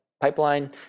pipeline